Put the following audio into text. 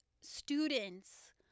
students